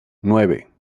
nueve